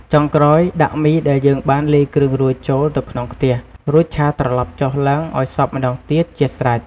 ចុងក្រោយ ដាក់មីដែលយើងបានលាយគ្រឿងរួចចូលទៅក្នុងខ្ទះ រួចឆាត្រឡប់ចុះឡើងឱ្យសព្វម្តងទៀតជាស្រេច។